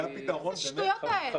מה זה השטויות האלה?